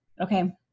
okay